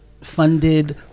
funded